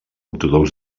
ortodox